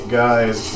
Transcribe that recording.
guys